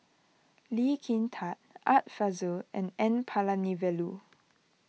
Lee Kin Tat Art Fazil and N Palanivelu